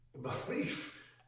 Belief